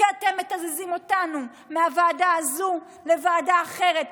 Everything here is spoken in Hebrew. כי אתם מתזזים אותנו מהוועדה הזאת לוועדה אחרת,